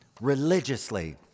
religiously